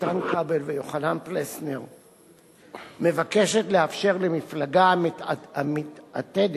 איתן כבל ויוחנן פלסנר מבקשת לאפשר למפלגה המתעתדת